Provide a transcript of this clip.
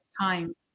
time